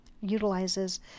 utilizes